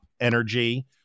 energy